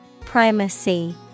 Primacy